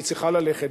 והיא צריכה ללכת.